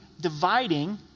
dividing